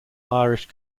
irish